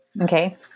okay